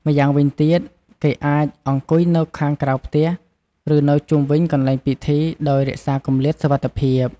ម្យ៉ាងវិញទៀត គេអាចអង្គុយនៅខាងក្រៅផ្ទះ ឬនៅជុំវិញកន្លែងពិធី ដោយរក្សាគម្លាតសុវត្ថិភាព។